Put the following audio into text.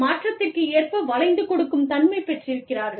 மாற்றத்திற்கு ஏற்ப வளைந்து கொடுக்கும் தன்மை பெற்றிருக்கிறார்கள்